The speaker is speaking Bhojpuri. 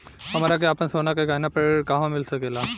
हमरा के आपन सोना के गहना पर ऋण कहवा मिल सकेला?